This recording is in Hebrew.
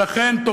ולכן,